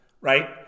right